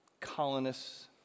colonists